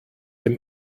dem